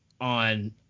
on